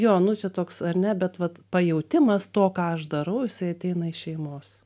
jo nu čia toks ar ne bet vat pajautimas to ką aš darau isai ateina iš šeimos